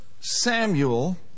Samuel